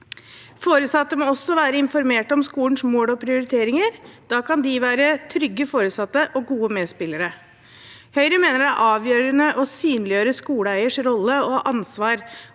Foresatte må også være informert om skolens mål og prioriteringer. Da kan de være trygge foresatte og gode medspillere. Høyre mener det er avgjørende å synliggjøre skoleeierens rolle og ansvar,